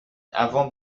avant